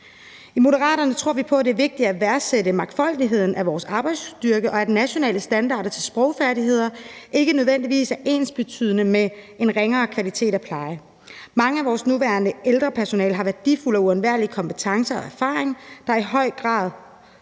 I Moderaterne tror vi på, at det er vigtigt at værdsætte mangfoldigheden i vores arbejdsstyrke, og at nationale standarder for sprogfærdigheder ikke nødvendigvis er ensbetydende med en bedre kvalitet af plejen. Meget af vores nuværende ældrepersonale har værdifulde og uundværlige kompetencer og erfaringer, der i høj grad værdsættes.